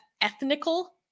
ethnical